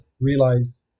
realize